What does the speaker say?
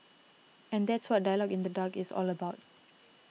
and that's what Dialogue in the Dark is all about